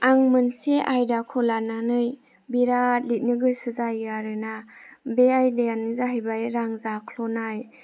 आं मोनसे आयदाखौ लानानै बिराद लिरनो गोसो जायो आरोना बे आयादायानो जाहैबाय रां जाख्ल'नाय